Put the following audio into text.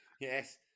Yes